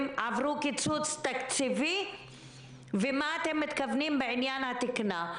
עברו קיצוץ תקציבי ומה אתם מתכוונים בעניין התקינה.